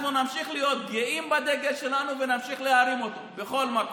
אנחנו נמשיך להיות גאים בדגל שלנו ונמשיך להרים אותו בכל מקום.